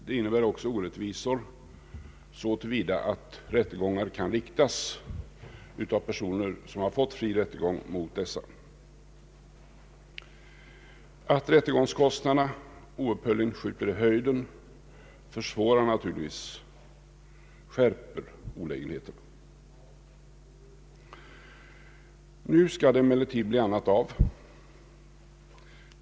Det innebär också orättvisor så till vida att rättegångar kan riktas av personer som har fått fri rättegång mot dem som ställts utanför möjlighet till fri rättegång. Att rättegångskostnaderna oupphörligen skjuter i höjden försvårar naturligtvis situationen och skärper olägenheterna. Nu skall det emellertid bli annat av!